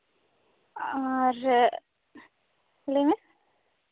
ᱟᱨ ᱞᱟᱹᱭ ᱢᱮ